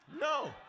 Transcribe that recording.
no